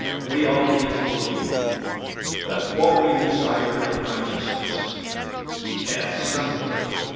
we all need to believe that what we desire in righteousness can someday,